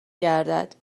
گردد